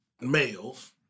males